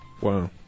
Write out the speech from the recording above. Wow